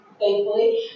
thankfully